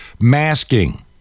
masking